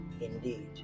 indeed